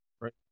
Right